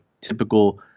typical